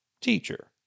Teacher